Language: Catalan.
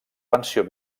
pensió